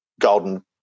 golden